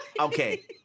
Okay